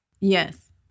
Yes